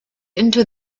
into